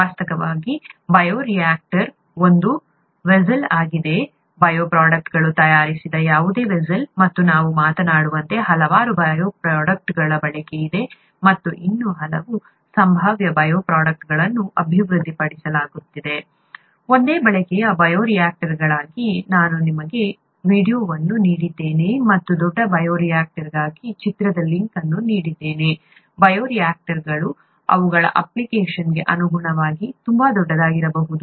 ವಾಸ್ತವವಾಗಿ ಬಯೋರಿಯಾಕ್ಟರ್ ಒಂದು ವೆಸೆಲ್ ಆಗಿದೆ ಬಯೋಪ್ರೊಡಕ್ಟ್ಗಳನ್ನು ತಯಾರಿಸಿದ ಯಾವುದೇ ವೆಸೆಲ್ ಮತ್ತು ನಾವು ಮಾತನಾಡುವಂತೆ ಹಲವಾರು ಬಯೋಪ್ರೊಡಕ್ಟ್ಗಳ ಬಳಕೆಯಿದೆ ಮತ್ತು ಇನ್ನೂ ಹಲವು ಸಂಭಾವ್ಯ ಬಯೋಪ್ರೊಡಕ್ಟ್ಗಳನ್ನು ಅಭಿವೃದ್ಧಿಪಡಿಸಲಾಗುತ್ತಿದೆ ಒಂದೇ ಬಳಕೆಯ ಬಯೋರಿಯಾಕ್ಟರ್ಗಾಗಿ ನಾನು ನಿಮಗೆ ವೀಡಿಯೊವನ್ನು ನೀಡಿದ್ದೇನೆ ಮತ್ತು ದೊಡ್ಡ ಬಯೋರಿಯಾಕ್ಟರ್ಗಾಗಿ ಚಿತ್ರದ ಲಿಂಕ್ ಅನ್ನು ನೀಡಿದ್ದೇನೆ ಬಯೋ ರಿಯಾಕ್ಟರ್ಗಳು ಅವುಗಳ ಅಪ್ಲಿಕೇಶನ್ಗೆ ಅನುಗುಣವಾಗಿ ತುಂಬಾ ದೊಡ್ಡದಾಗಿರಬಹುದು